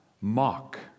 mock